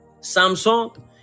Samsung